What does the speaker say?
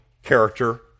Character